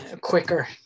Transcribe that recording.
quicker